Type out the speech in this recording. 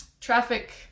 Traffic